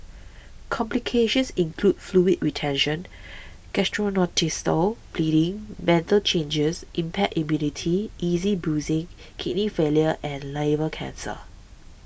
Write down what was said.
complications include fluid retention gastrointestinal bleeding mental changes impaired immunity easy bruising kidney failure and liver cancer